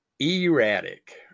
Erratic